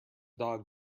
dog